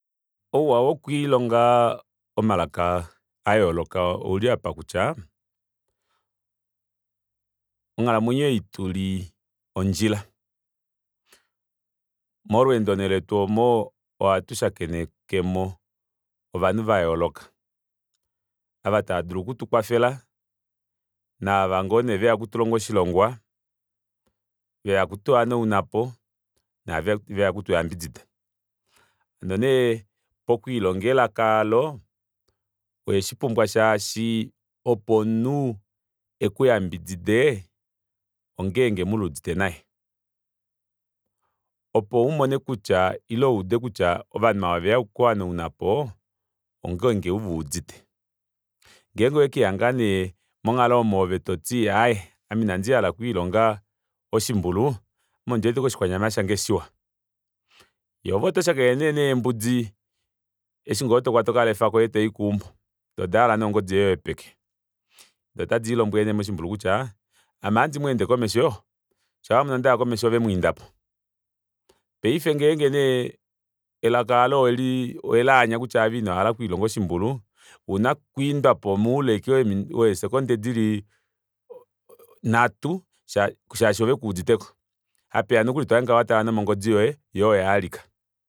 Ouwa wokwiilonga omalaka ayooloka ouli apa kutya onghalamwenyo ei tuli ondjila molweendo neeletu omo ohatu shakenekemo ovanhu vayooloka ova tava dulu okutukwafela naavo ngoo nee veya okutulonga oshilongwa veya okutu hanaunapo naaveya okutu yambidida unene pokwiilonga elaka aalo oweshipumbwa shaashi opo omunhu ekuyambidide ongenge muluudite naye opo umone kutya ovanhu aava oveya okuku hanaunapo ongenge umuudite ngenge owekiihanga nee monghalo omo toti aaye ame inandi hala okwiilonga oshimbulu ame ondiwete ashike oshikwanyama shange shiwa yee ove otoshakene nee neembudi eshingoo tokwata okalefa toikeumbo ndoo odahala nee ongodi yoye yopeke doo otadi lombbwele nee moshimbulu kutya ame ohandi mwende komesho shaawamono ndaya komesho ove mwiindapo paife nee ngenge eleka aalo oweli laanya kutya aave ino hala okwiilonga oshimbulu ouna okwiidwapo moule ashike wee second dili nhatu shaashi ove kuuditeko apewa nokuli tohangika watala nomongodi yoye yoo oyo yahalika